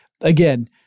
again